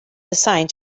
assigned